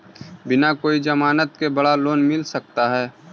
बिना कोई जमानत के बड़ा लोन मिल सकता है?